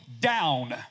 down